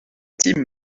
tim